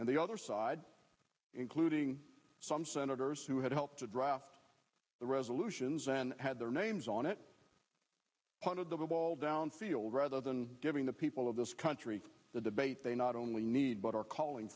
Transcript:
and the other side including some senators who had helped to draft the resolutions and had their names on it one of the ball downfield rather than giving the people of this country the debate they not only need but are calling